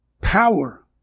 power